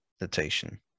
notation